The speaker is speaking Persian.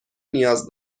نیاز